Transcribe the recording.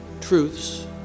truths